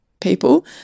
people